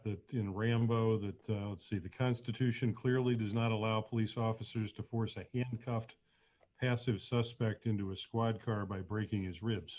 the you know rambo that see the constitution clearly does not allow police officers to force a coughed hasim suspect into a squad car by breaking his ribs